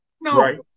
No